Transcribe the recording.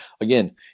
again